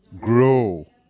grow